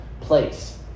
place